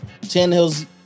Tannehill's